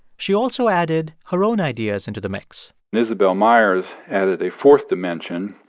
she also added her own ideas into the mix and isabel myers added a fourth dimension,